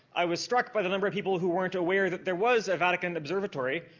i was struck by the number of people who weren't aware that there was a vatican observatory.